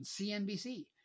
CNBC